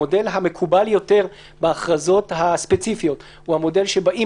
המודל המקובל יותר בהכרזות הספציפיות הוא המודל שבאים